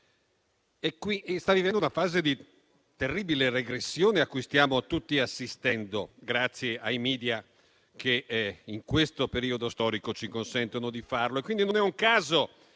e sta vivendo una fase di terribile regressione a cui stiamo tutti assistendo, grazie ai *media* che in questo periodo storico ci consentono di farlo.